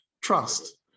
trust